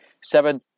seven